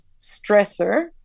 stressor